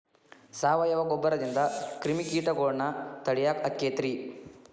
ಸಾವಯವ ಗೊಬ್ಬರದಿಂದ ಕ್ರಿಮಿಕೇಟಗೊಳ್ನ ತಡಿಯಾಕ ಆಕ್ಕೆತಿ ರೇ?